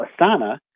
Asana